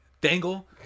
dangle